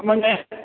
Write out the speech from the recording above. ஆமாம்ங்க